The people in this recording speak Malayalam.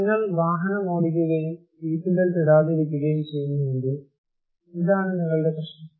നിങ്ങൾ വാഹനമോടിക്കുകയും സീറ്റ് ബെൽറ്റ് ഇടാതിരിക്കുകയും ചെയ്യുന്നുവെങ്കിൽ ഇതാണ് നിങ്ങളുടെ പ്രശ്നം